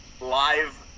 live